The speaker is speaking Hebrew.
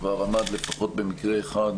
כבר עמד לפחות במקרה אחד